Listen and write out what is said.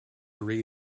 read